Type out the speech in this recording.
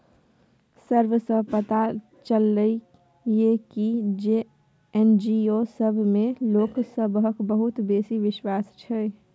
survey सँ पता चलले ये की जे एन.जी.ओ सब मे लोक सबहक बहुत बेसी बिश्वास छै